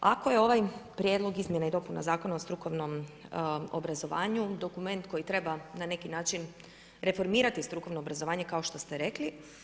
Ako je ovaj prijedlog Izmjena i dopuna Zakona o strukovnom obrazovanju dokument koji treba na neki način reformirati strukovno obrazovanje kao što ste rekli.